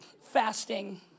Fasting